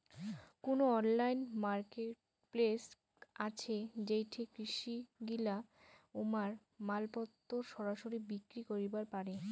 কুনো online marketplace আছে যেইঠে কৃষকগিলা উমার মালপত্তর সরাসরি বিক্রি করিবার পারে?